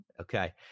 Okay